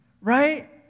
right